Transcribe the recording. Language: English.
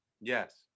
Yes